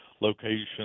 location